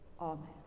Amen